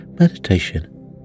meditation